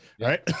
right